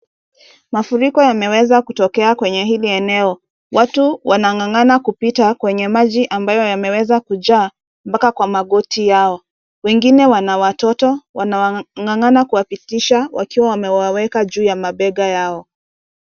Mafuriko yameweza kutokea kwenye hili eneo . Watu wanang'ang'ana kupita kwenye maji ambayo yameweza kujaa mpaka kwa magoti yao . Wengine wana watoto wanaong'ang'ana kuwapitisha wakiwa wamewaweka juu ya mabega yao.